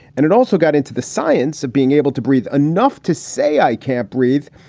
and it also got into the science of being able to breathe enough to say, i can't breathe,